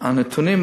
הנתונים,